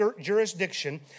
jurisdiction